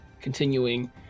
continuing